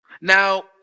Now